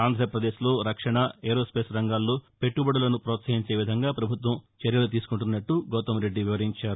ఆంధ్ర పదేశ్లో రక్షణ aerospace రంగాల్లో పెట్లుబడులను ప్రోత్సహించే విధంగా పభుత్వం చర్యలు తీసుకుంటున్నట్లు గౌతమ్ రెడ్డి వివరించారు